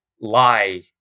lie